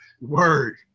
Word